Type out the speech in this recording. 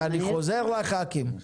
ואני חוזר לח"כים,